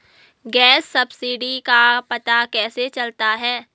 Gas subsidy का पता कैसे चलता है?